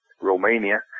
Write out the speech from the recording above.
Romania